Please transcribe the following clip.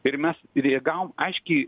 ir mes riagavom aiškiai